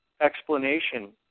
explanation